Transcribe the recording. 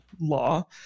law